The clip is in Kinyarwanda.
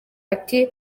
ati